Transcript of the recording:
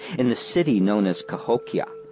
in the city, known as cahokia,